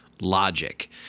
logic